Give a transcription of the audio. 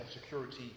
security